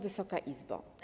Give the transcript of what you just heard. Wysoka Izbo!